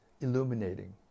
illuminating